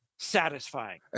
Satisfying